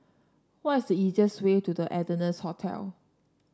what is the easiest way to The Ardennes Hotel